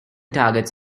targets